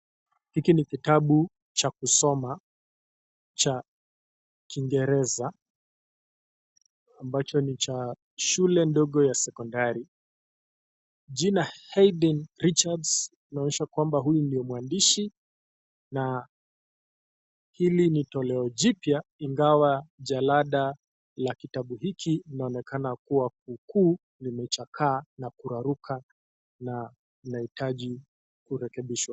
Hiki ni kitabu cha kusoma cha kingereza ambacho ni cha shule ndogo ya sekondari. Jina Haiden Richards anaonyesha kwamba huyu ndo mwandishi na hili ni tolea jipya ingawa jalada ya kitabu hichi kinaonekana kuwa imechakaa na kuraruka na inahitaji kurekebishwa.